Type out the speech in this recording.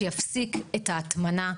שיפסיק את ההטמנה,